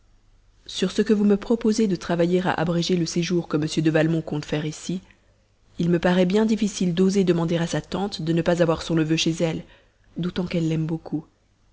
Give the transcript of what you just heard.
sur ce que vous me proposez de travailler à abréger le séjour que m de valmont compte faire ici il me paraît bien difficile d'oser demander à sa tante de ne pas avoir son neveu chez elle d'autant qu'elle l'aime beaucoup